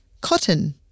cotton